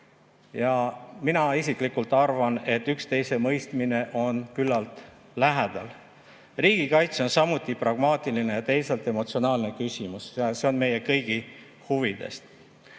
Ja mina isiklikult arvan, et üksteise mõistmine on küllalt lähedal. Riigikaitse on samuti pragmaatiline ja teisalt emotsionaalne küsimus ja see on meie kõigi huvides. Ma